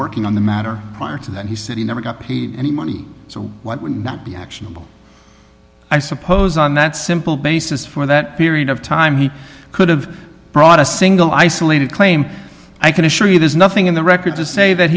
working on the matter prior to that he said he never got any money so what would not be actionable i suppose on that simple basis for that period of time he could have brought a single isolated claim i can assure you there's nothing in the record to say that